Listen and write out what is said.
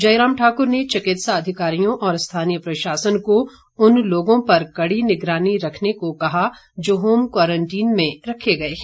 जयराम ठाकुर ने चिकित्सा अधिकारियों और स्थानीय प्रशासन को उन लोगों पर कड़ी निगरानी रखने को कहा जो होम क्वारंटीन में रखे गए हैं